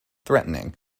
threatening